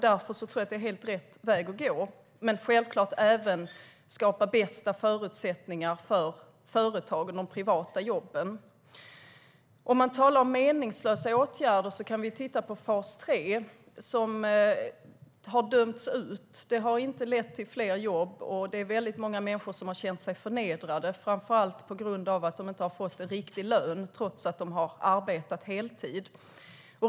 Därför tror jag att det är helt rätt väg att gå. Men självklart handlar det även om att skapa bästa förutsättningar för företagen, de privata jobben. På tal om meningslösa åtgärder kan vi titta på fas 3 som har dömts ut. Det har inte lett till fler jobb. Det är väldigt många människor som har känt sig förnedrade, framför allt på grund av att de inte har fått en riktig lön trots att de har arbetat heltid.